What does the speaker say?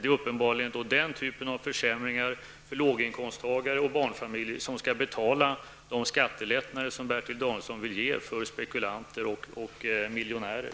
Det är uppenbarligen den typen av försämringar för låginkomsttagare och barnfamiljer som skall betala de skattelättnader som Bertil Danielsson vill ge för spekulanter och miljonärer.